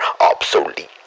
obsolete